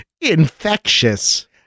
infectious